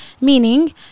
meaning